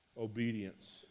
obedience